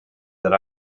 that